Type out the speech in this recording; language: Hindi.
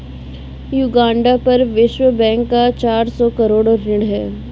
युगांडा पर विश्व बैंक का चार सौ करोड़ ऋण है